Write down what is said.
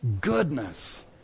Goodness